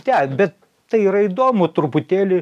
ten bet tai yra įdomu truputėlį